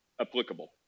applicable